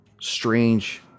strange